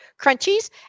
Crunchies